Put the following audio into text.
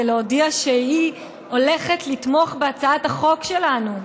להודיע שהיא הולכת לתמוך בהצעת החוק שלנו.